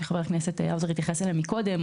שחבר הכנסת האוזר התייחס אליהם קודם,